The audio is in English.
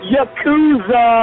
Yakuza